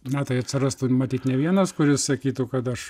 na tai atsirastų ir matyt ne vienas kuris sakytų kad aš